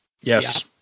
Yes